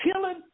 killing